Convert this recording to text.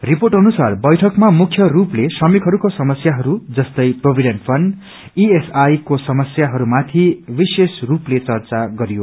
report अनुसार बैठकमा मुख्यरूपले श्रमिकहरूको समस्याहरू जस्तै प्रोपीडेन्ट फण्ड इएसआईको समस्याहरूमाथि विशेषसपले चर्चा गरियो